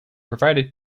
provided